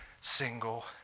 single